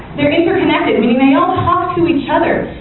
they're interconnected, meaning they all talk to each other.